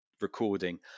recording